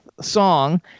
song